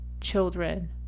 children